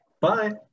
Bye